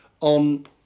on